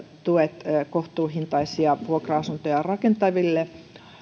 tuet kohtuuhintaisia vuokra asuntoja rakentaville